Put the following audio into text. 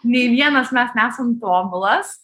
nei vienas mes nesam tobulas